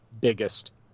biggest